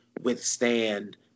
withstand